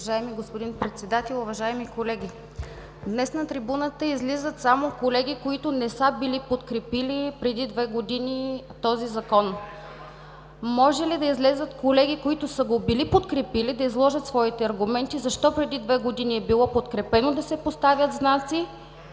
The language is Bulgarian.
Уважаеми господин Председател, уважаеми колеги! Днес на трибуната излизат само колеги, които не са подкрепили преди две години този Закон. Може ли да излязат колеги, които са го подкрепили, и да изложат своите аргументи: защо преди две години е било подкрепено да се поставят знаци,